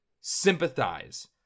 sympathize